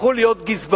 והפכו להיות גזברים,